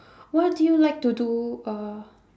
what do you like to do uh